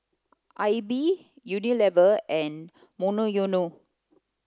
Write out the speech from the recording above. aibix Unilever and Monoyono